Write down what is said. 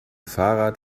fahrrad